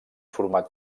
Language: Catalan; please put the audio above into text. format